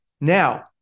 Now